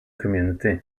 community